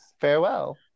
farewell